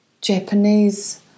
Japanese